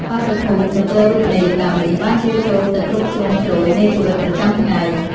បាតុភូតនគរូបនីយកម្មនេះ បានជ្រៀតចូលទៅគ្រប់ជ្រុងជ្រោយនៃជីវិតប្រចាំថ្ងៃ។